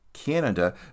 Canada